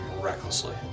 recklessly